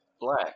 black